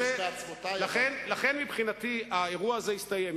לכן, מבחינתי, האירוע הזה הסתיים.